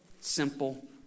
simple